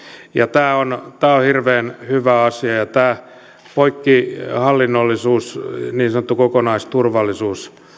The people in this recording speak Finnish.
tämä on tämä on hirveän hyvä asia ja tämä poikkihallinnollisuus niin sanottu kokonaisturvallisuus